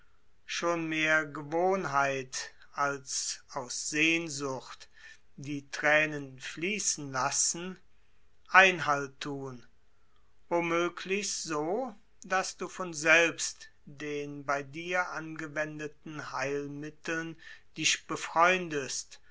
schon mehr gewohnheit als aus sehnsucht fließen lassen einhalt thun wo möglich so daß du von selbst den bei dir angewendeten heilmitteln dich befreundest